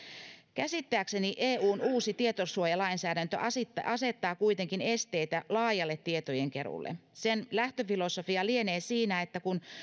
käsittääkseni eun uusi tietosuojalainsäädäntö asettaa asettaa kuitenkin esteitä laajalle tietojenkeruulle sen lähtöfilosofia lienee siinä että kun